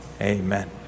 Amen